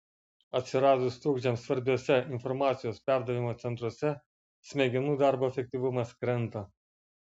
atsiradus trukdžiams svarbiuose informacijos perdavimo centruose smegenų darbo efektyvumas krenta